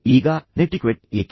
ಈಗ ನೆಟಿಕ್ವೆಟ್ ಏಕೆ